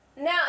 now